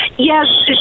Yes